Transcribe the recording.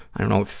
i don't know